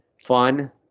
fun